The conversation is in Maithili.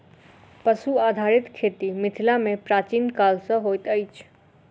पशु आधारित खेती मिथिला मे प्राचीन काल सॅ होइत अछि